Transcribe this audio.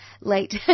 late